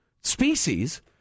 species